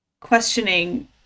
questioning